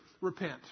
repent